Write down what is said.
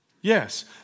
Yes